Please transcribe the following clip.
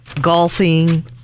golfing